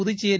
Puducherry